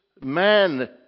man